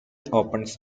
opens